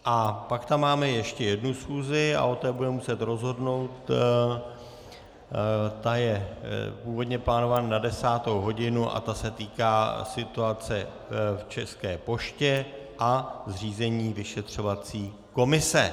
A pak tam máme ještě jednu schůzi a o té budeme muset rozhodnout, ta je původně plánována na 10. hodinu a ta se týká situace v České poště a zřízení vyšetřovací komise.